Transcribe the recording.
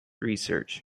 research